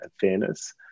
fairness